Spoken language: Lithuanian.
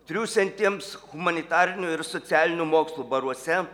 triūsiantiems humanitarinių ir socialinių mokslų baruose